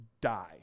die